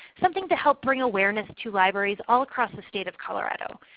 something to help bring awareness to libraries all across the state of colorado.